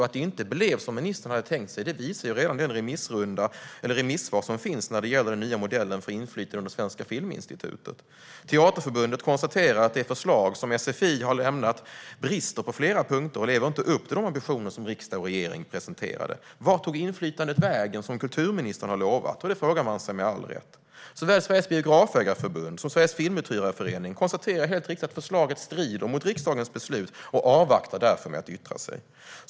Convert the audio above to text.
Att det inte blev som ministern hade tänkt sig visar redan de remissvar som finns när det gäller den nya modellen för inflytande under Svenska Filminstitutet. "Det förslag som SFI har lämnat brister på flera punkter och lever inte upp till de ambitioner som riksdag och regering presenterade", konstaterar Teaterförbundet. "Vart tog inflytandet vägen som kulturministern lovat?" Det frågar man sig med all rätt. Såväl Sveriges Biografägareförbund som Sveriges Filmuthyrareförening konstaterar helt riktigt att förslaget strider mot riksdagens beslut och avvaktar därför med att yttra sig.